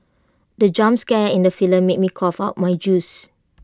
the jump scare in the film made me cough out my juice